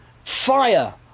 fire